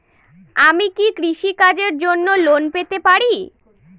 আমি কি কৃষি কাজের জন্য লোন পেতে পারি?